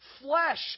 flesh